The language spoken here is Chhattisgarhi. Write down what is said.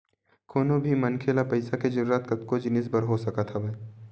कोनो भी मनखे ल पइसा के जरुरत कतको जिनिस बर हो सकत हवय